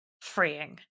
freeing